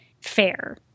fair